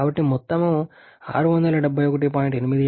కాబట్టి మొత్తం 671